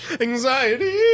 Anxiety